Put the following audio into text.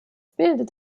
bildet